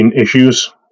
issues